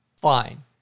Fine